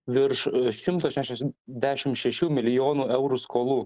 virš šimto šešias dešim šešių milijonų eurų skolų